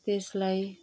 त्यसलाई